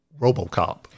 Robocop